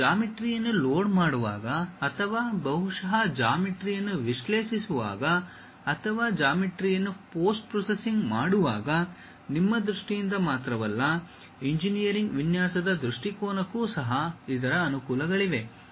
ನೀವು ಜಾಮಿಟ್ರಿಯನ್ನು ಲೋಡ್ ಮಾಡುವಾಗ ಅಥವಾ ಬಹುಶಃ ಜ್ಯಾಮಿತಿಯನ್ನು ವಿಶ್ಲೇಷಿಸುವಾಗ ಅಥವಾ ಜಾಮಿಟ್ರಿಯನ್ನು ಪೋಸ್ಟ್ ಪ್ರೊಸೆಸಿಂಗ್ ಮಾಡುವಾಗ ನಿಮ್ಮ ದೃಷ್ಟಿಯಿಂದ ಮಾತ್ರವಲ್ಲ ಇಂಜಿನಿಯರಿಂಗ್ ವಿನ್ಯಾಸದ ದೃಷ್ಟಿಕೋನಕ್ಕೂ ಸಹ ಇದರ ಅನುಕೂಲಗಳಿವೆ